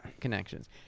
connections